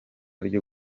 ryo